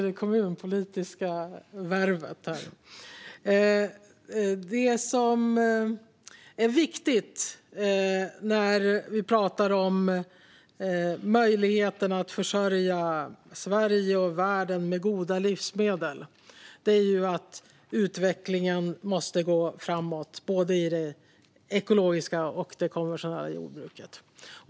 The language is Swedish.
Det som är viktigt när vi pratar om möjligheten att försörja Sverige och världen med goda livsmedel är att utvecklingen måste gå framåt, både i det ekologiska och i det konventionella jordbruket.